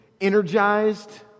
energized